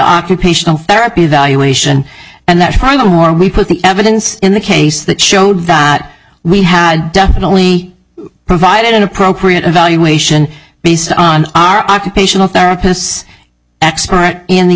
occupational therapy evaluation and that from the more we put the evidence in the case that showed that we had definitely provided an appropriate evaluation based on our occupational therapists expert in the